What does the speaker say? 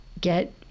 get